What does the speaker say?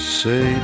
say